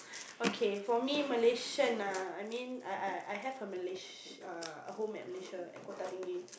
okay for me Malaysian ah I mean uh I I have a Malays~ home at Malaysia at Kota-Tinggi